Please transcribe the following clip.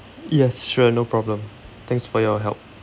yes sure no problem thanks for your help